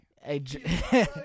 Hey